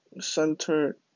center